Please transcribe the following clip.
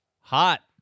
Hot